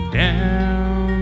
down